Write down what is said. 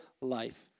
life